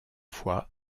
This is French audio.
fois